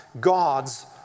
God's